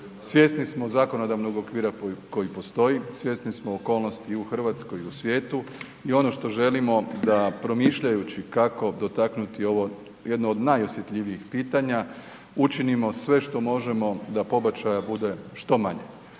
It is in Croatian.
svjesni smo zakonodavnog okvira koji postoji, svjesni smo okolnosti i u Hrvatskoj i u svijetu i ono što želimo da promišljajući kako dotaknuti ovo jedno od najosjetljivijih pitanja učinimo sve što možemo da pobačaja bude što manje.